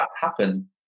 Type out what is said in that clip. happen